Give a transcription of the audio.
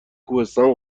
کوهستان